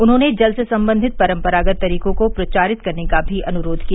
उन्होंने जल से सम्बंधित परम्परागत तरीकों को प्रचारित करने का भी अनुरोध किया